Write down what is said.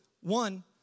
One